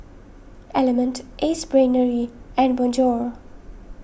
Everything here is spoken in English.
Element Ace Brainery and Bonjour